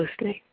listening